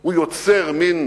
הוא יוצר מין